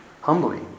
humbly